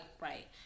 right